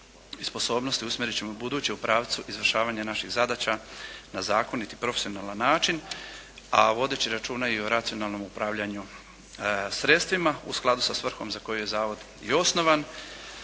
i sposobnosti usmjerit ćemo ubuduće u pravcu izvršavanja naših zadaća na zakonit i profesionalan način, a vodeći računa i o racionalnom upravljanju sredstvima u skladu sa svrhom za koju je zavod i osnovan.